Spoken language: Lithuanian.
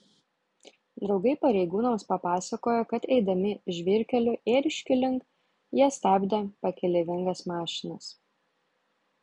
draugai pareigūnams papasakojo kad eidami žvyrkeliu ėriškių link jie stabdė pakeleivingas mašinas